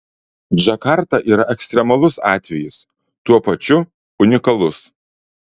džakarta yra ekstremalus atvejis tuo pačiu unikalus